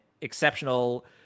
exceptional